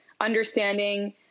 understanding